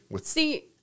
See